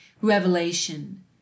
Revelation